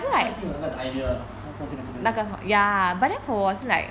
需要进了 got idea ah 她做这个这个